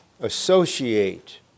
associate